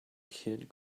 kid